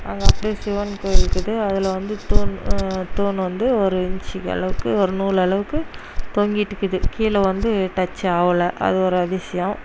அங்கே அப்படியே சிவன் கோயில் இருக்குது அதில் வந்து தூண் தூண் வந்து ஒரு இஞ்சி அளவுக்கு ஒரு நூல் அளவுக்கு தொங்கிட்டு இருக்குது கீழே வந்து டச் ஆகல அது ஒரு அதிசயம்